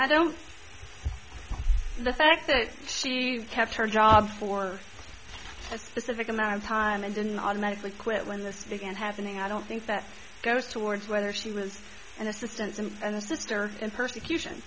i don't the fact that she kept her job for a specific amount of time and didn't automatically quit when this began happening i don't think that goes towards whether she was an assistant and the sister in persecution